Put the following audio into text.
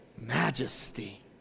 majesty